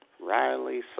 Riley